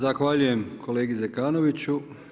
Zahvaljujem kolegi Zekanoviću.